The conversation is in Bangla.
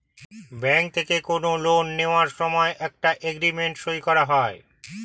ব্যাঙ্ক থেকে কোনো লোন নেওয়ার সময় একটা এগ্রিমেন্ট সই করা হয়